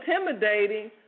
intimidating